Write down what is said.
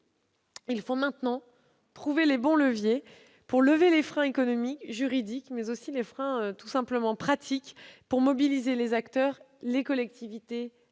Il faut maintenant trouver les bons leviers pour lever les freins économiques, juridiques, mais aussi tout simplement pratiques, pour mobiliser les acteurs, les collectivités